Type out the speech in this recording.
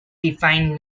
defined